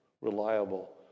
reliable